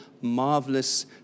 marvelous